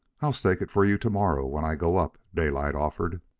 i'll stake it for you to-morrow when i go up, daylight offered.